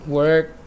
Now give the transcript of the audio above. work